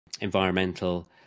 environmental